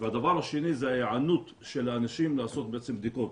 הדבר השני זה ההיענות של האנשים לעשות בדיקות.